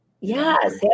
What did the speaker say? Yes